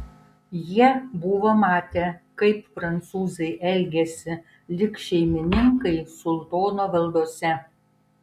jie buvo matę kaip prancūzai elgiasi lyg šeimininkai sultono valdose